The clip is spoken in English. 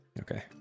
Okay